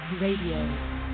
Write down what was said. Radio